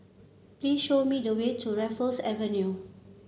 please show me the way to Raffles Avenue